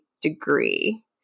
degree